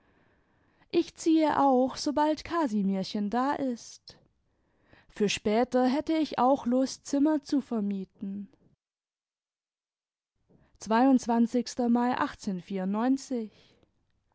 ich ziehe auch sobald casimirchen da ist für später hätte ich auch lust zimmer zu vermieten mai